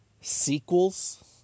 sequels